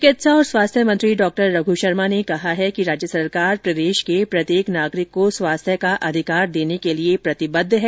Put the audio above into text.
चिकित्सा और स्वास्थ्य मंत्री डॉ रघु शर्मा ने कहा है कि राज्य सरकार प्रदेश के प्रत्येक नागरिक को स्वास्थ्य का अधिकार देने के लिए प्रतिबद्ध है